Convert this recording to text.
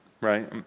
right